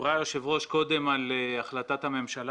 דיברה היושבת-ראש קודם על החלטת הממשלה